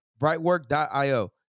BrightWork.io